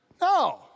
No